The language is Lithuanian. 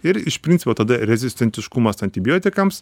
ir iš principo tada rezistentiškumas antibiotikams